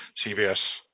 CBS